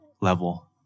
level